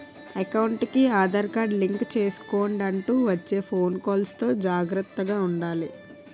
ఎకౌంటుకి Aadhaar card link చేసుకొండంటూ వచ్చే ఫోను కాల్స్ తో జాగర్తగా ఉండాలి